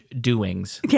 doings